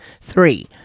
Three